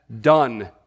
done